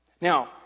Now